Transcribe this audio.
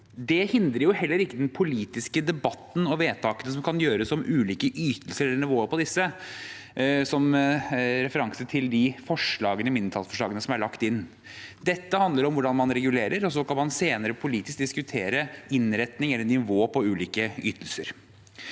Det hindrer heller ikke den politiske debatten og vedtakene som kan gjøres om ulike ytelser eller nivået på disse – med referanse til de mindretallsforslagene som er lagt inn. Dette handler om hvordan man regulerer, og så kan man senere politisk diskutere innretning eller nivå på ulike ytelser.